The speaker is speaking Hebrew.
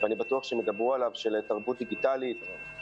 של תרבות דיגיטלית,